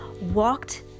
walked